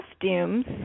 costumes